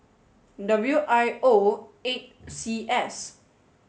W I O eight C S